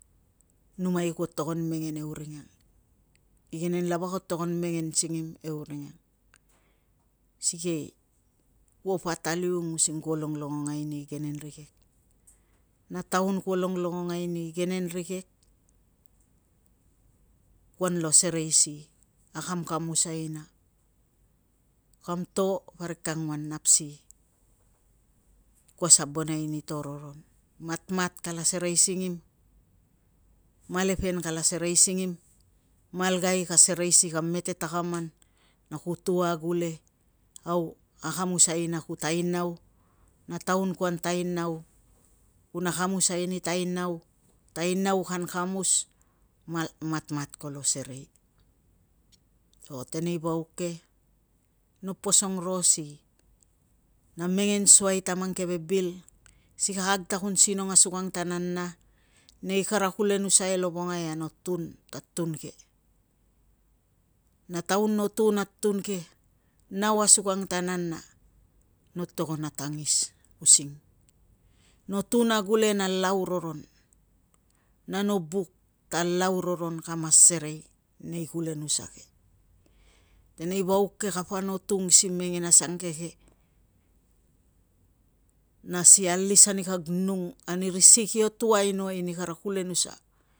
Numai kuo togon menge e uring ang, igenen lava ko togon mengen singim euring ang, sikei kuo pataliung using kuo longlongongai ani igenen rikek. Na taun kuo longlongongai ni igenen rikek kuon lo serei si akamkamusai ina kam to parik ka anguan nap si ka sabonai ni to roron matmat kala serei singim, malepen kala serei singim, malgai ka serei si kam mete takaman, na ku tu agule, au akamusai ina ku tainau, na taun kuan tainau, kun akamusai ni tainau tainau kan kamus matmat kolo serei. O tenei vauk ke no posong ro si mengen suai ta mang keve bil si kakag ta kun sinong asukang ta nana nei kara kulenusa e lovongai na no tun ta tun ke na taun no tun a tun ke nau asukang ta nana no togon a tangis using no tun agule na lau roron na no buk ta lau roron ka mas serei nei kulenusa ke. Tenei vauk ke kapa no tung si mengen asangeke na si alis ani kag nung ani ri si kio tu ainoai ni kara kulenusa.